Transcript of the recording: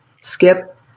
skip